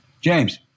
James